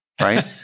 right